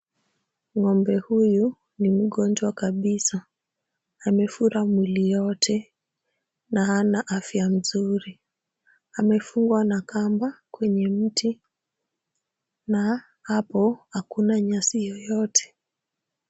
Ng'ombe huyu ni mgonjwa kabisa. Amefura mwili yote na hana afya nzuri. Amefungwa na kamba kwenye mti na hapo hakuna nyasi yoyote.